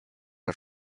her